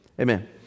amen